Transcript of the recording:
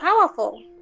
powerful